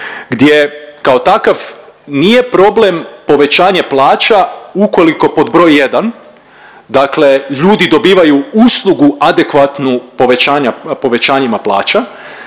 gdje kao takav nije problem povećanje plaća ukoliko pod broj jedan dakle ljudi dobivaju uslugu adekvatnu povećanja,